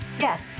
Yes